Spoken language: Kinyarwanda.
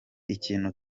ikintu